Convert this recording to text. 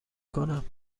کنم